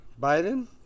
Biden